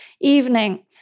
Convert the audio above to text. evening